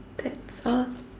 that's all